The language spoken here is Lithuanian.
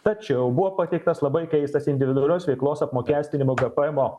tačiau buvo pateiktas labai keistas individualios veiklos apmokestinimo gpmo